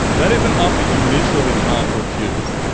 that is an offer you literally can't refuse.